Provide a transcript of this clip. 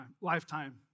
lifetime